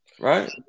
right